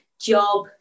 job